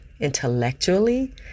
intellectually